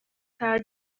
has